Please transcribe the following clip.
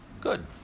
Good